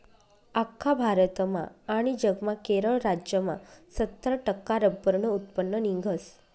आख्खा भारतमा आनी जगमा केरळ राज्यमा सत्तर टक्का रब्बरनं उत्पन्न निंघस